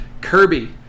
Kirby